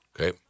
okay